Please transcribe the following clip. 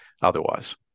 otherwise